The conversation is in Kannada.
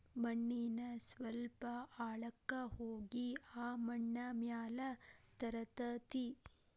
ಮಣ್ಣಿನ ಸ್ವಲ್ಪ ಆಳಕ್ಕ ಹೋಗಿ ಆ ಮಣ್ಣ ಮ್ಯಾಲ ತರತತಿ